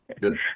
Good